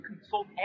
consult